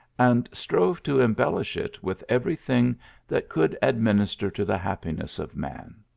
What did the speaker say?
and strove to embellish it with every thing that could administer to the happiness of man.